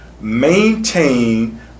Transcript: maintain